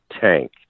tank